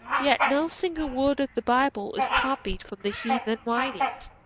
yet no single word of the bible is copied from the heathen writings.